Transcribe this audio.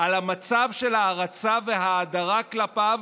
על המצב של הערצה וההאדרה כלפיו,